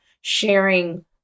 sharing